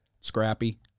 Scrappy